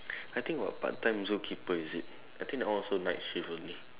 I think got part time zookeeper is it I think that one also night shift only